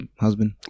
husband